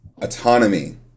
autonomy